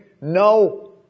No